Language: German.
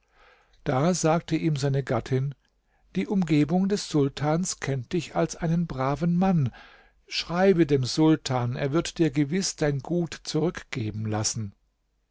da sagte ihm seine gattin die umgebung des sultans kennt dich als einen braven mann schreibe dem sultan er wird dir gewiß dein gut zurückgeben lassen